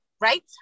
right